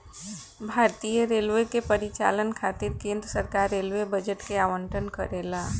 भारतीय रेलवे के परिचालन खातिर केंद्र सरकार रेलवे बजट के आवंटन करेला